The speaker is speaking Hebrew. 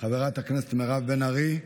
חברת הכנסת מירב בן ארי,